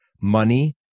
Money